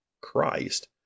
Christ